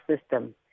system